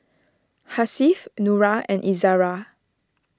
Hasif Nura and Izara